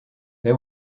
they